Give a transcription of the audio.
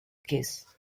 case